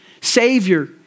savior